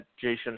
Jason